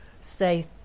say